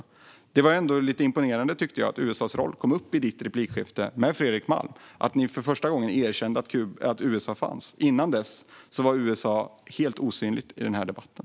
Jag tycker ändå att det var lite imponerande att USA:s roll kom upp i ditt replikskifte med Fredrik Malm och att ni erkände att USA finns med. Innan dess var USA helt osynligt i den här debatten.